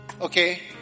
okay